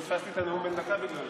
דסטה גדי יברקן,